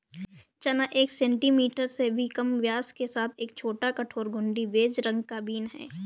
चना एक सेंटीमीटर से भी कम व्यास के साथ एक छोटा, कठोर, घुंडी, बेज रंग का बीन है